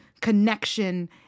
connection